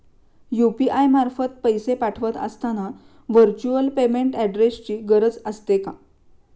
UPI मार्फत पैसे पाठवत असताना व्हर्च्युअल पेमेंट ऍड्रेसची गरज असते का?